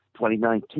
2019